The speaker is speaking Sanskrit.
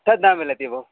तद् न मिलति भोः